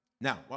Now